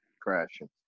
crashing